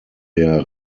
der